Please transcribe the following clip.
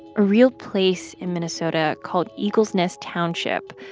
a real place in minnesota called eagles nest township,